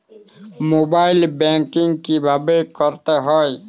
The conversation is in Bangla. মোবাইল ব্যাঙ্কিং কীভাবে করতে হয়?